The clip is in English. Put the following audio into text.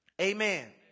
Amen